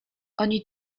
oni